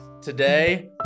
Today